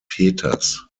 peters